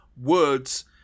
Words